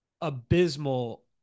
abysmal